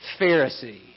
Pharisee